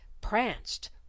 pranced